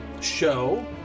show